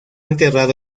enterrado